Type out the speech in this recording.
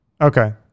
Okay